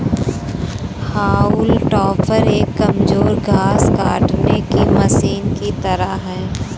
हाउल टॉपर एक कमजोर घास काटने की मशीन की तरह है